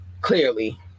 Clearly